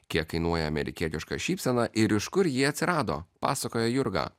kiek kainuoja amerikietiška šypsena ir iš kur ji atsirado pasakoja jurga